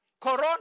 Corona